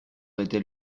était